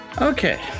Okay